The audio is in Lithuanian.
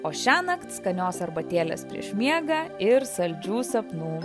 o šiąnakt skanios arbatėlės prieš miegą ir saldžių sapnų